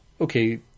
okay